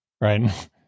Right